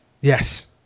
Yes